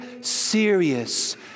serious